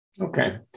Okay